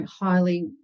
highly